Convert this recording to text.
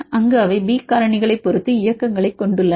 அங்கு அவை பி காரணிகளைப் பொறுத்து இயக்கங்களைக் கொண்டுள்ளன